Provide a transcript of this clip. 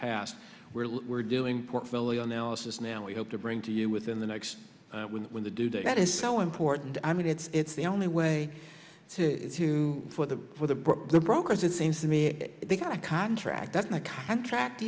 past we're doing portfolio analysis now we hope to bring to you within the next when the due date is so important i mean it's it's the only way to for the for the the brokers it seems to me they've got a contract that's my contract